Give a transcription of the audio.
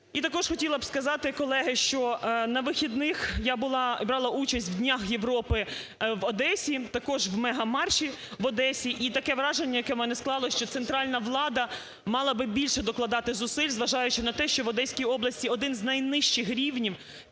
І також хотіла б сказати, колеги, що на вихідних я була, брала участь в днях Європи в Одесі, також в мегамарші в Одесі. І таке враження, яке в мене склалося, що центральна влада мала би більше докладати зусиль, зважаючи на те, що в Одеській області один з найнижчих рівнів